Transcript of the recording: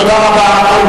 תודה רבה.